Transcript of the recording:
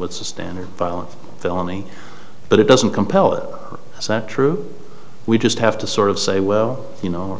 it's a standard violent felony but it doesn't compel it true we just have to sort of say well you know